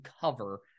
cover